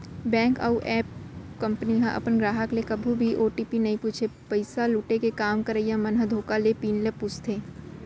bank अउ app company ह अपन गराहक ले कभू भी ओ.टी.पी नइ पूछय, पइसा लुटे के काम करइया मन ह धोखा ले पिन ल पूछथे